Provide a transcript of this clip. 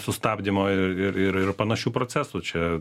sustabdymo ir ir panašių procesų čia